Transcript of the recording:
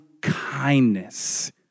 kindness